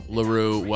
LaRue